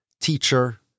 teacher